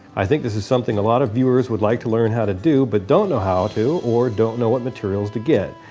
i think this is something a lot of viewers would like to learn how to do but don't know how to or don't know what materials to get.